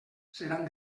seran